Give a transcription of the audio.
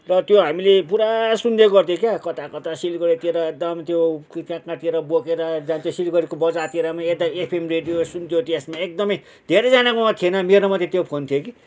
त्यो हामीले पुरा सुन्ने गर्थ्यो क्या कता कता सिलगढीतिर एकदम त्यो कहाँ कहाँतिर बोकेर जान्थ्यो सिलगढीको बजारतिर पनि यताको एफएम रेडियो सुन्थ्यो त्यसमा एकदमै धेरैजनाकोमा थिएन मेरोमा चाहिँ त्यो फोन थियो कि